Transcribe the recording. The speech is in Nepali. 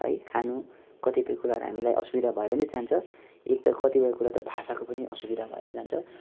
है खानु कतिपय कुराहरू हामीलाई असुविधा भएर नै जान्छ एक त कतिपय कुरा त भाषाको पनि असुविधा भएर जान्छ